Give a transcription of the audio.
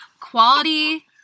Quality